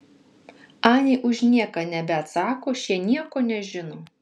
anie už nieką nebeatsako šie nieko nežino